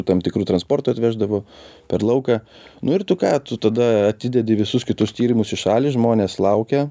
tam tikru transportu atveždavo per lauką nu ir tu ką tu tada atidedi visus kitus tyrimus į šalį žmonės laukia